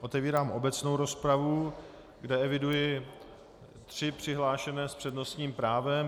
Otevírám obecnou rozpravu, kde eviduji tři přihlášené s přednostním právem.